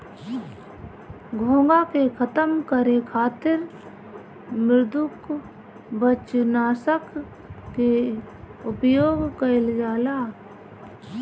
घोंघा के खतम करे खातिर मृदुकवच नाशक के उपयोग कइल जाला